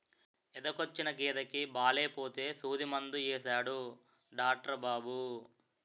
ఎదకొచ్చిన గేదెకి బాలేపోతే సూదిమందు యేసాడు డాట్రు బాబు